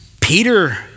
Peter